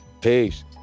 peace